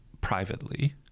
privately